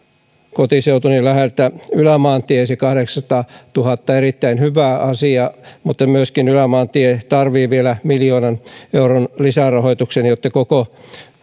kotiseutuni läheltä ylämaantie kahdeksansataatuhatta erittäin hyvä asia mutta ylämaantie tarvitsee vielä miljoonan euron lisärahoituksen jotta koko